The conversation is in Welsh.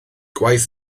gwaith